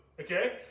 Okay